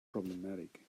problematic